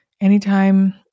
Anytime